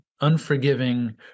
unforgiving